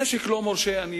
נשק לא מורשה, אני